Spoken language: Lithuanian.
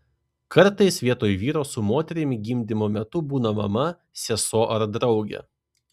kartais vietoj vyro su moterimi gimdymo metu būna mama sesuo ar draugė